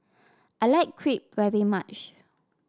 I like Crepe very much